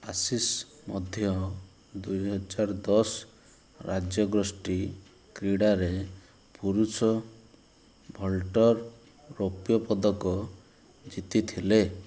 ଆଶିଷ ମଧ୍ୟ ଦୁଇହଜାର ଦଶ ରାଜ୍ୟଗୋଷ୍ଠୀ କ୍ରୀଡ଼ାରେ ପୁରୁଷ ଭଲ୍ଟର୍ ରୌପ୍ୟ ପଦକ ଜିତିଥିଲେ